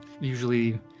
usually